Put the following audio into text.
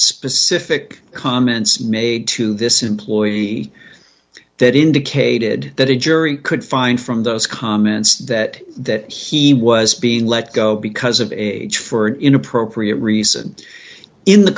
specific comments made to this employee that indicated that a jury could find from those comments that that he was being let go because of age for an inappropriate recent in the